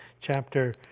chapter